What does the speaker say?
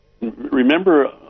Remember